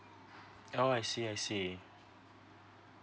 oh I see I see